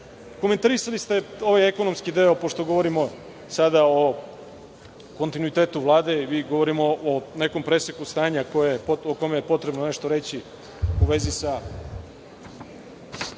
Srbiji. Komentarisali ste ovaj ekonomski deo, pošto govorimo sada o kontinuitetu Vlade i govorimo o nekom preseku stanja o kome je potrebno nešto reći u vezi sa